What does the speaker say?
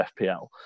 FPL